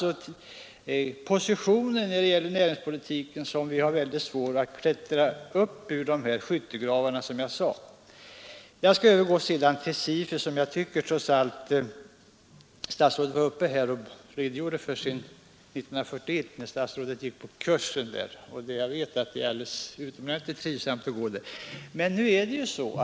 Våra positioner när det gäller näringspoliti ken är sådana att vi, som jag sade, har mycket svårt att klättra upp ur skyttegravarna. Härefter skall jag övergå till frågan om SIFU. Statsrådet redogjorde för hur det var 1941, när statsrådet gick på kurs, och jag vet själv att det är utomordentligt trivsamt att gå på sådana kurser.